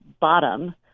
bottom